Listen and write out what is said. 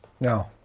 No